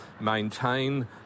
maintain